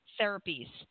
therapies